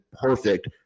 perfect